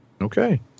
Okay